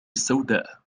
السوداء